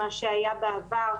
מה שהיה בעבר.